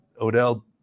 Odell